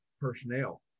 personnel